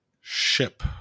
ship